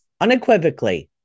unequivocally